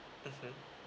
mmhmm